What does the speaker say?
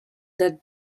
that